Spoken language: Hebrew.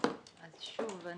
שוב,